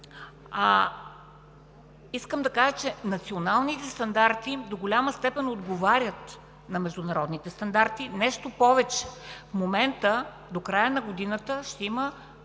искам да кажа, че националните стандарти до голяма степен отговарят на международните стандарти. Нещо повече, в момента – до края на годината, ще има